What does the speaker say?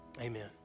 Amen